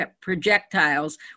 projectiles